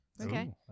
Okay